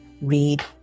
read